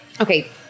Okay